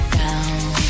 down